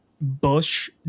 Bush